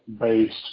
based